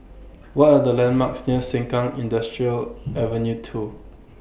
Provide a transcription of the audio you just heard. What Are The landmarks near Sengkang Industrial Avenue two